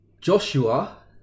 Joshua